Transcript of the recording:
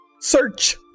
Search